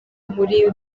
muri